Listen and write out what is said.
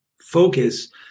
focus